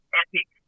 epic